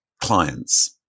clients